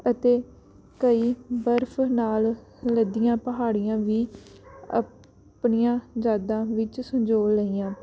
ਅਤੇ ਕਈ ਬਰਫ ਨਾਲ ਲੱਦੀਆਂ ਪਹਾੜੀਆਂ ਵੀ ਆਪਣੀਆਂ ਯਾਦਾਂ ਵਿੱਚ ਸੰਜੋ ਲਈਆਂ